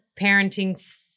parenting